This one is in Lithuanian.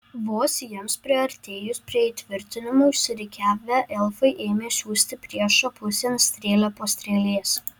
vos jiems priartėjus prie įtvirtinimų išsirikiavę elfai ėmė siųsti priešo pusėn strėlę po strėlės